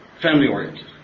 family-oriented